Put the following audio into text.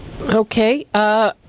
Okay